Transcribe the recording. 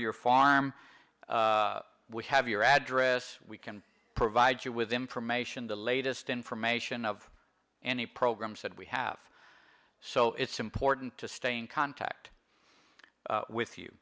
your farm we have your address we can provide you with information the latest information of any programs that we have so it's important to stay in contact with you